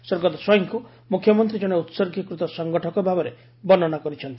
ସ୍ୱର୍ଗତ ସ୍ୱାଇଁଙ୍କୁ ମୁଖ୍ୟମନ୍ତୀ ଜଣେ ଉସର୍ଗୀକୃତ ସଙ୍ଗଠକ ଭାବରେ ବର୍ଷ୍ନା କରିଛନ୍ତି